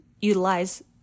utilize